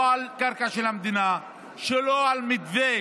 לא על קרקע של המדינה, ולא על מתווה